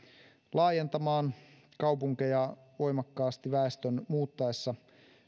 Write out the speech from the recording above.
laajentamaan kaupunkeja voimakkaasti väestön muuttaessa